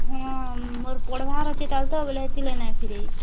ହଁ ମୋର ପଢ଼ିବାର ଅଛି ତାହେଲେ ତ ବୋଲେ ହେଥି ଲାଗି ନାଇଁ ଫେରେଇ